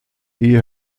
ehe